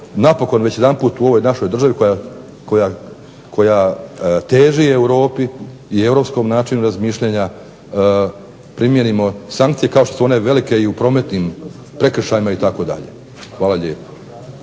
napokon već jedanput u ovoj našoj državi koja teži Europi i europskom načinu razmišljanja primijenimo sankcije kao što su one velike i u prometnim prekršajima itd. Hvala lijepo.